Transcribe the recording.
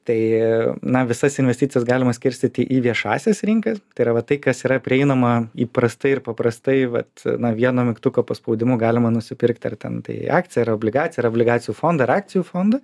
tai na visas investicijas galima skirstyti į viešąsias rinkas tai yra va tai kas yra prieinama įprastai ir paprastai vat na vieno mygtuko paspaudimu galima nusipirkti ar ten tai akciją ar obligaciją ar obligacijų fondą ar akcijų fondą